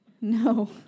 No